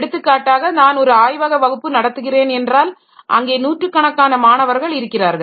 எடுத்துக்காட்டாக நான் ஒரு ஆய்வக வகுப்பு நடத்துகிறேன் என்றால் அங்கே நூற்றுக்கணக்கான மாணவர்கள் இருக்கிறார்கள்